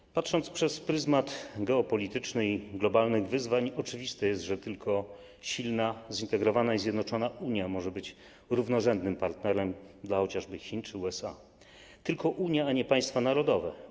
Jeśli patrzymy na to przez pryzmat geopolitycznych i globalnych wyzwań, oczywiste jest, że tylko silna, zintegrowana i zjednoczona Unia może być równorzędnym partnerem dla chociażby Chin czy USA, tylko Unia, a nie państwa narodowe.